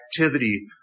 activity